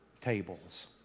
tables